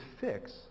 fix